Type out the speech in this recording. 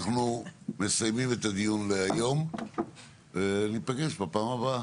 אנחנו מסיימים את הדיון להיום וניפגש בפעם הבאה.